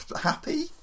happy